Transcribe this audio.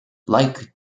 like